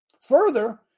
Further